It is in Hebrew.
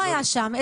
לא היה שם,